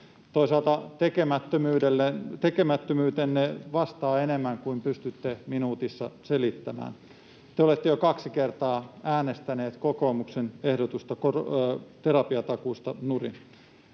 Toisaalta tekemättömyytenne vastaa enemmän kuin pystytte minuutissa selittämään. Te olette jo kaksi kertaa äänestäneet kokoomuksen ehdotuksen terapiatakuusta nurin.